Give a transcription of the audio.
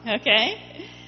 okay